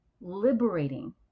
liberating